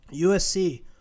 USC